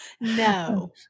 No